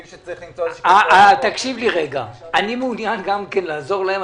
גם אני מעוניין לעזור להם.